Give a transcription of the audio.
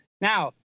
Now